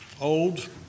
old